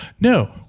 No